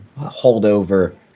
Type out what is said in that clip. holdover